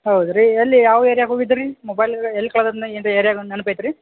ಹೌದ್ರಿ ಎಲ್ಲಿ ಯಾವ ಏರಿಯಾಗಿ ಹೋಗಿದ್ರಿ ಮೊಬೈಲ್ ಎಲ್ಲಿ ಕಳ್ದಯ್ನ ಏನ್ರ ಏರಿಯಾ ನೆನ್ಪು ಅಯ್ತು ರೀ